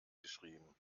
geschrieben